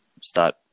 start